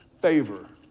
favor